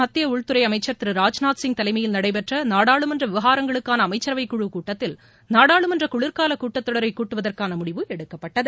மத்திய உள்துறை அமைச்சர் திரு ராஜ்நாத் சிங் தலைமையில் நடைபெற்ற நாடாளுமன்ற விவகாரங்களுக்கான அமைச்சரவை குழுக் கூட்டத்தில் நாடாளுமன்ற குளிய்கால கூட்டத்தொடரை கூட்டுவதற்கான முடிவு எடுக்கப்பட்டது